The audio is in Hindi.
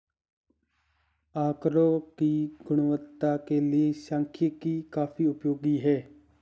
आकड़ों की गुणवत्ता के लिए सांख्यिकी काफी उपयोगी है